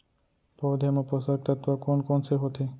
पौधे मा पोसक तत्व कोन कोन से होथे?